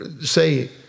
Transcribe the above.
say